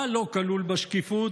מה לא כלול בשקיפות?